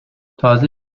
تازه